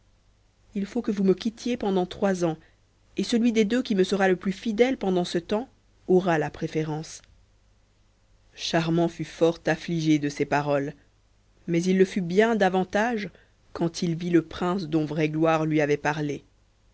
il faut que vous me quittiez pendant trois ans et celui des deux qui me sera le plus fidèle pendant ce temps aura la préférence charmant fut fort affligé de ces paroles mais il le fut bien davantage quand il vit le prince dont vraie gloire lui avait parlé